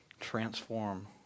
transform